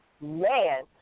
man